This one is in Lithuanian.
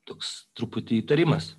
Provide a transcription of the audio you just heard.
toks truputį įtarimas